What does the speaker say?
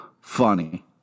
funny